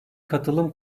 katılım